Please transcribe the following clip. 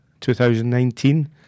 2019